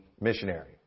missionary